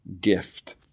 gift